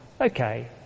Okay